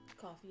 Coffee